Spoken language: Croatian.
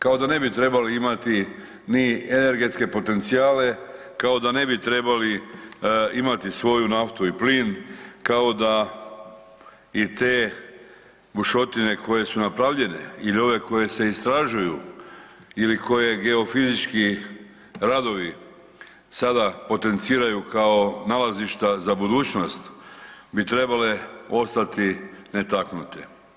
Kao da ne bi trebali imati ni energetske potencijale, kao da ne bi trebali imati svoju naftu i plin, kao da i te bušotine koje su napravljene ili ove koje se istražuju ili koje geofizički radovi sada potenciraju kao nalazišta za budućnost bi trebale ostati netaknute.